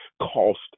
cost